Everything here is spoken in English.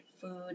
food